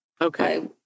Okay